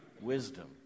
wisdom